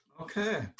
Okay